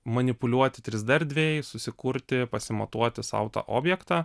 manipuliuoti trys d erdvėj susikurti pasimatuoti sau tą objektą